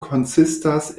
konsistas